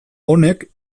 honek